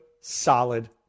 solid